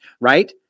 right